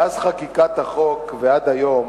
מאז חקיקת החוק ועד היום